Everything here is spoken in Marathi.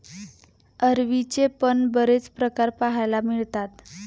अरवीचे पण बरेच प्रकार पाहायला मिळतात